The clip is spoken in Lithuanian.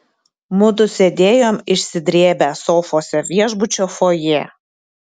mudu sėdėjom išsidrėbę sofose viešbučio fojė